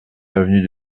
avenue